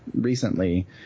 recently